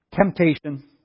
Temptation